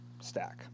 stack